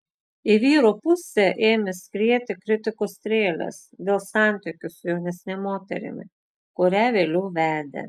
į vyro pusę ėmė skrieti kritikos strėlės dėl santykių su jaunesne moterimi kurią vėliau vedė